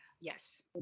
Yes